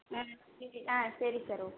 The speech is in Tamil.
ஆ சரி ஆ சரி சார் ஓகே